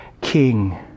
king